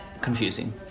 confusing